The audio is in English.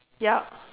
yup